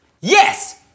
Yes